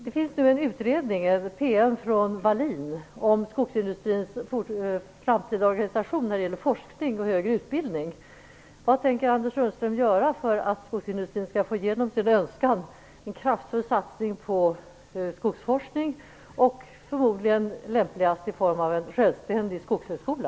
Det finns nu en utredning, en PM från Vad tänker Anders Sundström göra för att skogsindustrin skall få igenom sin önskan: en kraftfull satsning på skogsforskning, förmodligen lämpligast i form av en självständig skogshögskola?